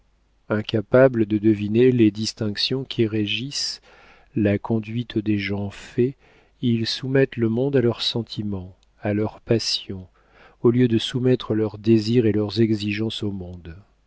incapables de deviner les distinctions qui régissent la conduite des gens faits ils soumettent le monde à leurs sentiments à leurs passions au lieu de soumettre leurs désirs et leurs exigences au monde